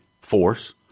force